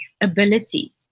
Ability